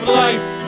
life